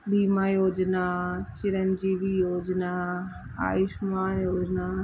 बीमा योजना चिरंनजीवी योजना आयुष्मान योजना